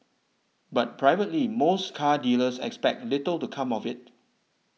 but privately most car dealers expect little to come of it